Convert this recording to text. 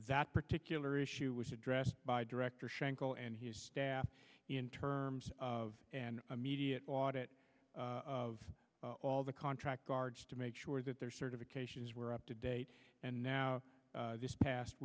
that particular issue was addressed by director schenkel and his staff in terms of an immediate audit of all the contract guards to make sure that their certifications were up to date and now this past